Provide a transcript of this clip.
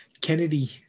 Kennedy